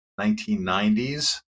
1990s